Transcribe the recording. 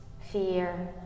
fear